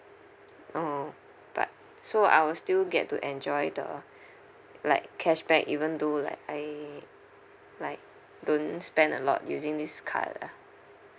oh but so I will still get to enjoy the like cashback even though like I like don't spend a lot using this card ah